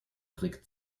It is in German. trick